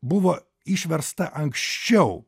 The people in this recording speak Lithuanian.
buvo išversta anksčiau